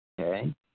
Okay